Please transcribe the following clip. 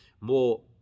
more